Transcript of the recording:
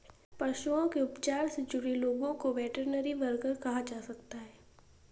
पशुओं के उपचार से जुड़े लोगों को वेटरनरी वर्कर कहा जा सकता है